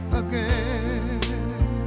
again